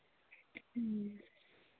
ᱦᱮᱸ